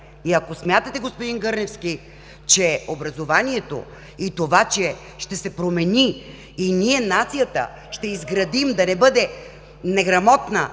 И ако смятате, господин Гърневски, че образованието и това, че ще се промени, и ние, нацията, ще изградим да не бъде неграмотна